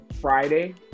Friday